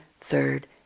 third